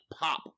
pop